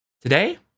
Today